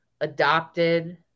adopted